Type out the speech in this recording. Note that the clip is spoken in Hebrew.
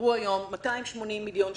הצטברו 280 מיליון שקלים.